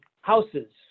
houses